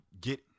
get